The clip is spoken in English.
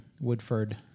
Woodford